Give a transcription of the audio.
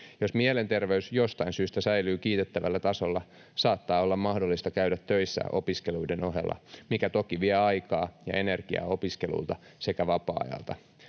Jos mielenterveys jostain syystä säilyy kiitettävällä tasolla, saattaa olla mahdollista käydä töissä opiskeluiden ohella, mikä toki vie aikaa ja energiaa opiskelulta sekä vapaa-ajalta.